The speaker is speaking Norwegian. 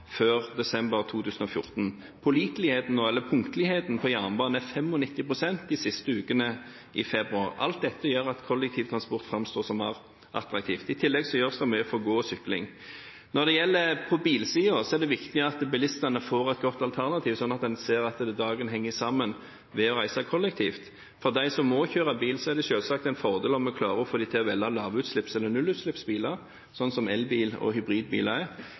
før desember 2014. Punktligheten for jernbanen var på 95 pst. de siste ukene i februar. Alt dette gjør at kollektivtransport framstår som mer attraktivt. I tillegg gjøres det mye for gange og sykling. Når det gjelder bilsiden, er det viktig at bilistene får et godt alternativ, sånn at en ser at dagen henger sammen når en reiser kollektivt. For dem som må kjøre bil, er det selvsagt en fordel om vi klarer å få dem til å velge lavutslipps- eller nullutslippsbiler, slik elbiler og hybridbiler er.